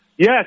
Yes